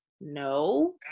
no